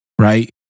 right